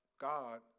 God